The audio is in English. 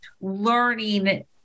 learning